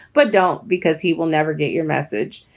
but don't. because he will never get your message.